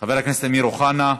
חבר הכנסת אמיר אוחנה,